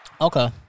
Okay